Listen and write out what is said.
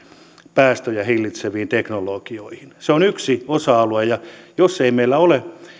päästöjä hillitseviin teknologioihin se on yksi osa alue ja jos meillä ei ole